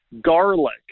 garlic